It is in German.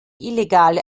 illegale